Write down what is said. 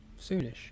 soonish